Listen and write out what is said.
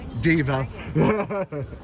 diva